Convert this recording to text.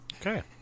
okay